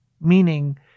meaning